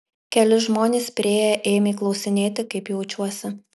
keli žmonės priėję ėmė klausinėti kaip jaučiuosi